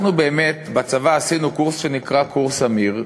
אנחנו בצבא באמת עשינו קורס שנקרא קורס "אמיר",